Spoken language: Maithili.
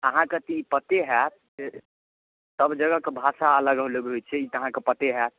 अहाँकेँ तऽ ई पते हैत जे सभजगहके भाषा अलग अलग होइत छै ई तऽ अहाँकेँ पते हैत